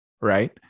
right